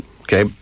Okay